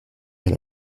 elle